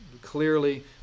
Clearly